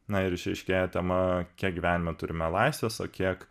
na ir išryškėja tema kiek gyvenime turime laisvės o kiek